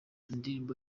indirimbo